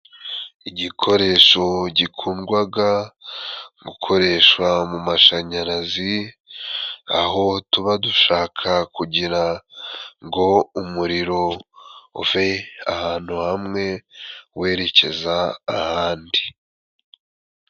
Igikoresho gikundwaga gukoreshwa mu mumashanyarazi aho tuba dushaka kugira ngo umuriro uve ahantu hamwe werekeza ahandi.